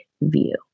view